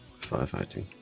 Firefighting